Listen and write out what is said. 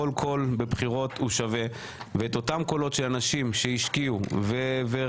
כל קול בבחירות הוא שווה ואת אותם קולות של אנשים שהשקיעו ורצו